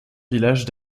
village